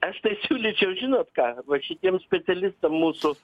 aš tai siūlyčiau žinot ką va šitiem specialistam mūsų